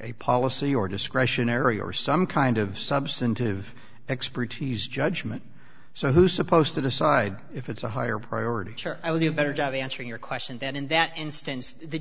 a policy or discretionary or some kind of substantive expertise judgment so who's supposed to decide if it's a higher priority i would do a better job of answering your question then in that instance the